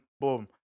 Boom